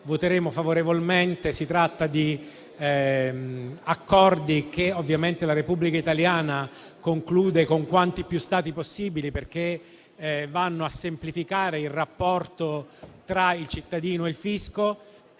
Voteremo favorevolmente. Si tratta di accordi che, ovviamente, la Repubblica italiana conclude con quanti più Stati possibili, perché vanno a semplificare il rapporto tra il cittadino e il fisco.